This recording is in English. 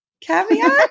Caveat